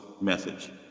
message